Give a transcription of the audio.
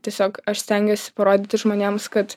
tiesiog aš stengiuosi parodyti žmonėms kad